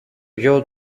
γιο